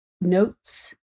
notes